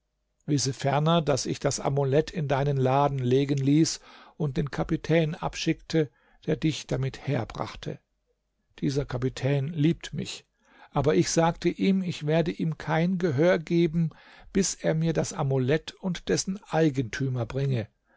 wisse ferner daß ich das amulett in deinen laden legen ließ und den kapitän abschickte der dich damit herbrachte dieser kapitän liebt mich aber ich sagte ihm ich werde ihm kein gehör geben bis er mir das amulett und dessen eigentümer bringe